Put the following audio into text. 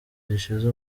gishize